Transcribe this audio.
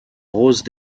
roses